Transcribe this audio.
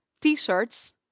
t-shirts